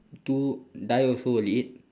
two die also will eat